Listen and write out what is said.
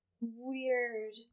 Weird